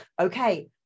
okay